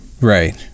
Right